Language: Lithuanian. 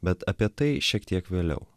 bet apie tai šiek tiek vėliau